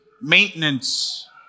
maintenance